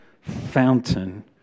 fountain